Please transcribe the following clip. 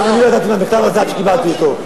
כי גם אני לא ידעתי מהמכתב הזה עד שקיבלתי אותו.